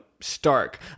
stark